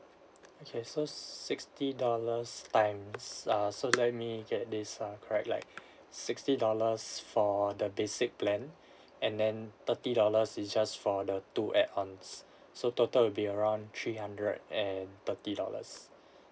okay so sixty dollars times err so let me get this uh correct like sixty dollars for the basic plan and then thirty dollars is just for the two add ons so total will be around three hundred and thirty dollars